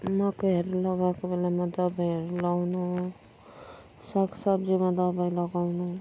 मकैहरू लगाएको बेलामा दबाईहरू लाउनु साग सब्जीमा दबाई लगाउनु